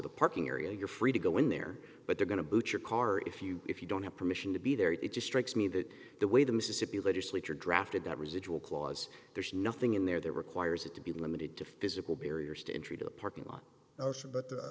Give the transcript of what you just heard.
the parking area you're free to go in there but they're going to boot your car if you if you don't have permission to be there it just strikes me that the way the mississippi legislature drafted that residual clause there's nothing in there that requires it to be limited to physical barriers to entry to a parking lot osha but